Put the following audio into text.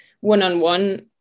one-on-one